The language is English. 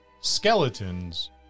skeletons